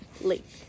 Lake